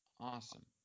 awesome